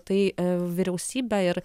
tai vyriausybė ir